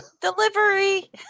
delivery